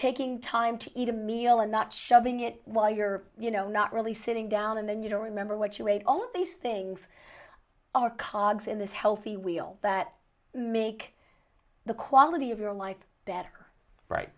taking time to eat a meal and not shoving it while you're you know not really sitting down and then you don't remember what you ate all of these things are cards in this healthy wheel that make the quality of your life better right